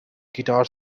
guitar